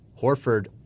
Horford